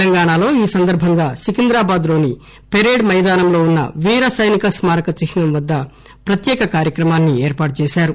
తెలంగాణలో ఈ సందర్భంగా సికింద్రాబాద్ లోని పెరేడ్ మైదానంలో వున్న వీర సైనిక స్మారక చిహ్నం వద్ద ప్రత్యేక కార్యక్రమాన్సి ఏర్పాటు చేశారు